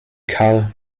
karl